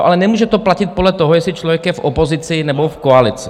Ale nemůže to platit podle toho, jestli člověk je v opozici, nebo v koalici.